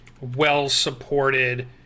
well-supported